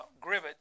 Grivet